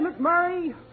McMurray